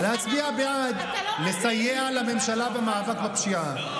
להצביע בעד ולסייע לממשלה במאבק בפשיעה.